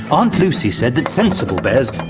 aunt lucy said that sensible bears.